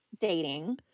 dating